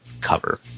cover